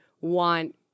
want